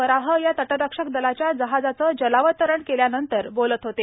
वराह या तटरक्षक दलाच्या जहाजाचं जलावतरण केल्यानंतर बोलत होते